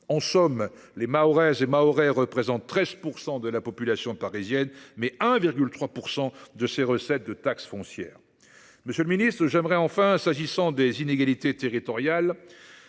En somme, les Mahoraises et Mahorais représentent 13 % de la population parisienne, mais 1,3 % de ses recettes de taxe foncière. Monsieur le ministre, j’aimerais enfin, s’agissant des inégalités territoriales,